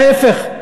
להפך,